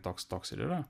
toks toks ir yra